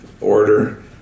order